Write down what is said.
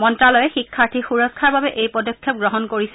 মন্ত্ৰালয়ে শিক্ষাৰ্থীৰ সুৰক্ষাৰ বাবে এই পদক্ষেপ গ্ৰহণ কৰিছে